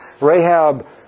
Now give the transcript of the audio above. Rahab